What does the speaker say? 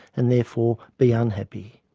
and therefore be unhappy.